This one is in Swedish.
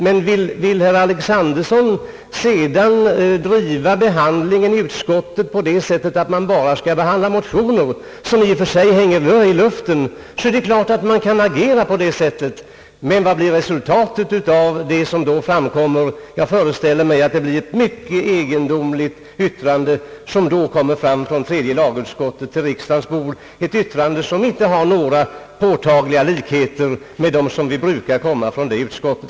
Men vill herr Alexanderson sedan driva behandlingen i utskottet på det sättet att man bara skall behandla motioner, som i och för sig hänger i luften, så är det klart att man kan agera så. Men vad blir resultatet av det som då framkommer? Jag föreställer mig att det blir ett mycket egendomligt utlåtande, som då avges av tredje lagutskottet till riksdagen — ett utlåtande som inte har några påtagliga likheter med dem som brukar komma från det utskottet.